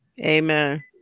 Amen